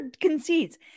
concedes